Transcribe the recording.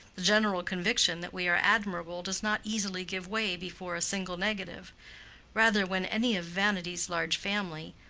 the general conviction that we are admirable does not easily give way before a single negative rather when any of vanity's large family,